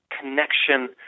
connection